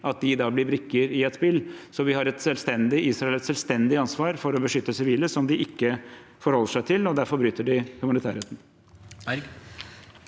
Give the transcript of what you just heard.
at de da blir brikker i et spill. Israel har et selvstendig ansvar for å beskytte sivile, som de ikke forholder seg til, og derfor bryter de humanitærretten.